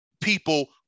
people